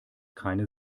keine